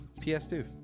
PS2